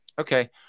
Okay